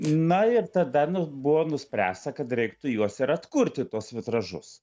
na ir tada buvo nuspręsta kad reiktų juos ir atkurti tuos vitražus